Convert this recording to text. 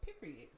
Period